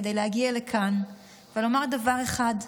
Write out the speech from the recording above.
כדי להגיע לכאן ולומר דבר אחד: